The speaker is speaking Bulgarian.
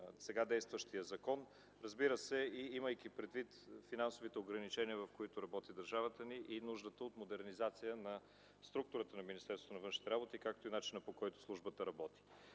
сега действащия закон, разбира се, имайки предвид финансовите ограничения, в които държавата ни работи, нуждата от модернизация на структурата на Министерството на външните работи, както и начина, по който службата работи.